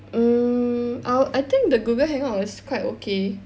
mm our I think the Google hangout was quite okay